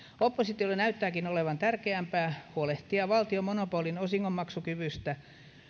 oppositiolle näyttääkin olevan tärkeämpää huolehtia valtion monopolin osingonmaksukyvystä